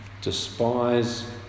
despise